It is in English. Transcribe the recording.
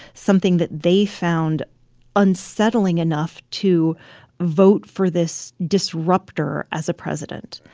something that they found unsettling enough to vote for this disrupter as a president